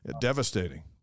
devastating